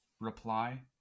reply